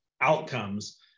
outcomes